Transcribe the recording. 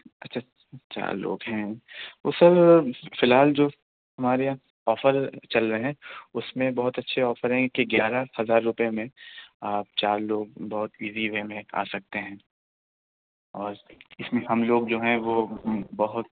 اچھا چار لوگ ہیں وہ سر فی الحال جو ہمارے یہاں آفر چل رہے ہیں اُس میں بہت اچھے آفر ہیں کہ گیارہ ہزار روپے میں آپ چار لوگ بہت اِیزی وے میں آ سکتے ہیں اور اِس میں ہم لوگ جو ہیں وہ بہت